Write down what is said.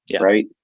right